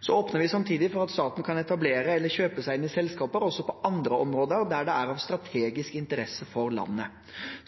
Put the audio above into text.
Så åpner vi samtidig for at staten kan etablere eller kjøpe seg inn i selskaper også på andre områder der det er av strategisk interesse for landet.